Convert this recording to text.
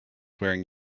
wearing